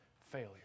failure